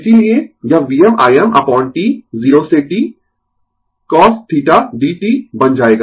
इसीलिये यह VmIm upon T 0 से t cos θ dt बन जाएगा